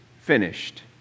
finished